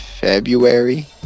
February